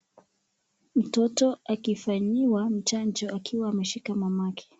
Mtoto akifanyiwa mchanjo akiwa ameshika mamake.